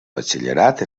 batxillerat